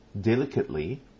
delicately